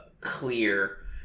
clear